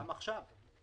גם עכשיו.